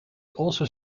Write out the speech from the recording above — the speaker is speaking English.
also